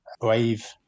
brave